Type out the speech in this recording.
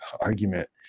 argument